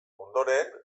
ondoren